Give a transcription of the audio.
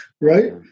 right